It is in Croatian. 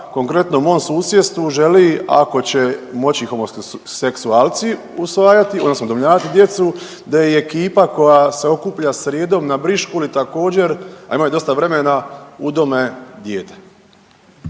konkretno u mom susjedstvu želi ako će moći homoseksualci usvajati odnosno udomljavati djecu da i ekipa koja se okuplja srijedom na briškuli također, a imaju dosta vremena udome dijete.